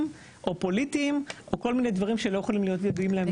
או פוליטיים או כל מיני דברים שלא יכולים להיות ידועים להם מראש.